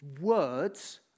words